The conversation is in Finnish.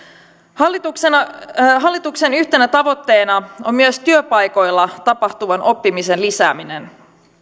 hallituksen hallituksen yhtenä tavoitteena on myös työpaikoilla tapahtuvan oppimisen lisääminen